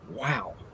Wow